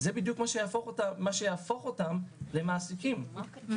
זה בדיוק מה שיהפוך אותן למעסיקים כי